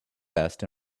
vest